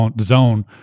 zone